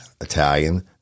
Italian